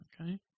Okay